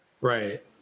Right